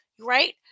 Right